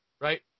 Right